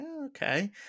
okay